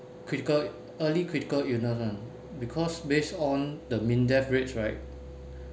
critical early critical illness lah because based on the MINDEF rate right